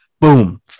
Boom